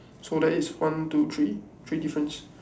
so that is one two three three difference